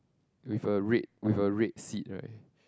with a red with a red seat right